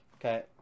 Okay